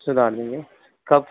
सुधार देंगे कब